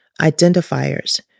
identifiers